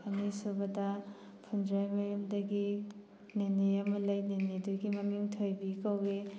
ꯑꯅꯤꯁꯨꯕꯗ ꯐꯨꯟꯗ꯭ꯔꯩꯃꯌꯨꯝꯗꯒꯤ ꯅꯦꯅꯦ ꯑꯃ ꯂꯩ ꯅꯦꯅꯦꯗꯨꯒꯤ ꯃꯃꯤꯡ ꯊꯣꯏꯕꯤ ꯀꯧꯋꯤ